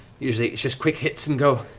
usually it's just quick hits and go.